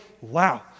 wow